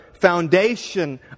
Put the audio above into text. foundation